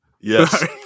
yes